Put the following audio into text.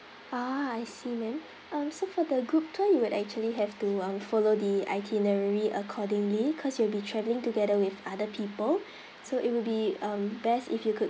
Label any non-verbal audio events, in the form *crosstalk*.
ah I see ma'am um so for the group tour you would actually have to um follow the itinerary accordingly cause you'll be travelling together with other people *breath* so it would be um best if you could